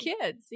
kids